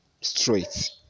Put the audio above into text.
straight